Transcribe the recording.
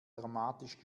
dramatisch